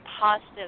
positive